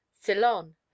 Ceylon